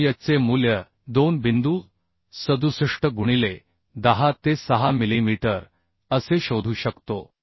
आपण y चे मूल्य 2 बिंदू 67 गुणिले 10 ते 6 मिलीमीटर असे शोधू शकतो